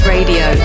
Radio